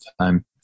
time